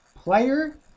Player